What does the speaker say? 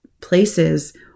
places